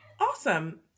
Awesome